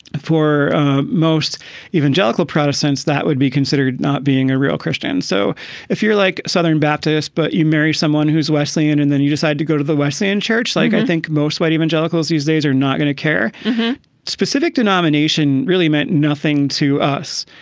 for most evangelical protestants, that would be considered not being a real christian. so if you're like southern baptists, but you marry someone who's wesleyan and then you decide to go to the wesleyan church, like i think most white evangelicals these days are not going to care. the specific denomination really meant nothing to us.